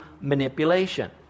manipulation